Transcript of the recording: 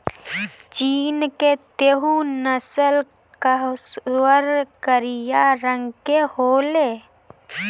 चीन के तैहु नस्ल कअ सूअर करिया रंग के होले